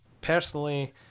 personally